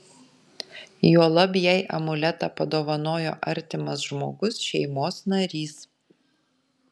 juolab jei amuletą padovanojo artimas žmogus šeimos narys